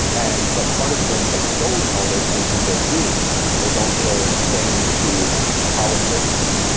and but part of them extolling all those things that they're doing is also saying to politics,